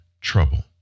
trouble